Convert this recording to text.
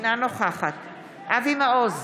אינה נוכחת אבי מעוז,